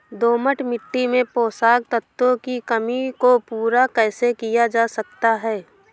दोमट मिट्टी में पोषक तत्वों की कमी को पूरा कैसे किया जा सकता है?